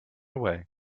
away